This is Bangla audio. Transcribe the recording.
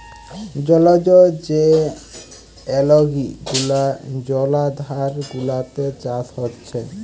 জলজ যে অ্যালগি গুলা জলাধার গুলাতে চাষ হচ্ছে